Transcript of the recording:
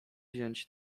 wziąć